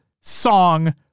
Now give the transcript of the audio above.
song